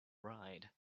ride